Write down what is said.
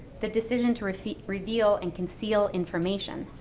the decision to reveal reveal and conceal information,